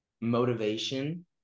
motivation